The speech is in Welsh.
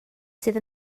sydd